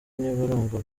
ntibarumva